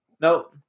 Nope